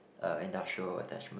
uh industrial attachment